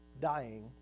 dying